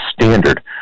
standard